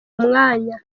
umwanya